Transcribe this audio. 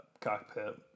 cockpit